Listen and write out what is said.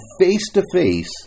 face-to-face